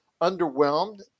underwhelmed